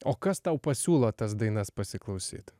o kas tau pasiūlo tas dainas pasiklausyt